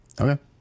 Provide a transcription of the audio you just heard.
Okay